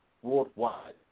Worldwide